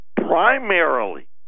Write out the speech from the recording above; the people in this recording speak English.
Primarily